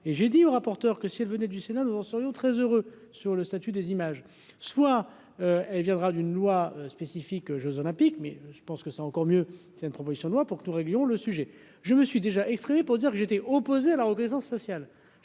et j'ai dit au rapporteur, que si elle venait du Sénat, nous serions très heureux sur le statut des images soit elle viendra d'une loi spécifique Jeux olympiques mais je pense que c'est encore mieux, c'est une proposition de loi pour que nous réglions le sujet, je me suis déjà exprimé pour dire que j'étais opposé à la reconnaissance faciale,